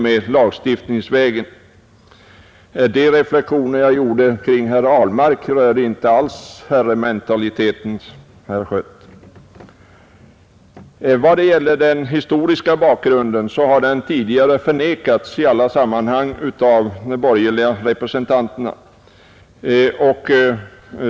Mina reflexioner om herr Ahlmark rörde inte alls herrementaliteten, herr Schött. Den historiska bakgrunden har tidigare förnekats i alla sammanhang av de borgerliga representanterna.